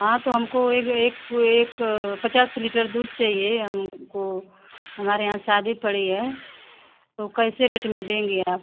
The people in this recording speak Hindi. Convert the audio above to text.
हाँ तो हमको ए जो एक एक एक पचास लीटर दूध चाहिए हमको हमारे यहाँ शादी पड़ी है तो कैसे रेट में देंगी आप